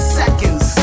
seconds